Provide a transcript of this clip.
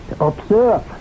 observe